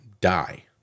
die